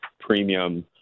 premium